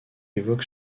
évoque